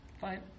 Fine